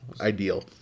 ideal